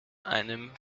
einem